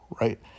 Right